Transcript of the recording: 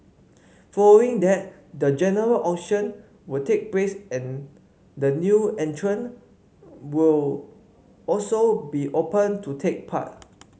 following that the general auction will take place and the new entrant will also be open to take part